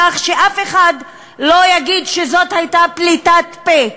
כך שאף אחד לא יגיד שזאת הייתה פליטת פה,